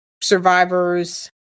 survivors